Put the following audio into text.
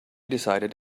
decided